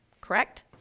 correct